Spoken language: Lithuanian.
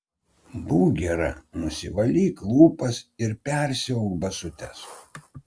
būk gera nusivalyk lūpas ir persiauk basutes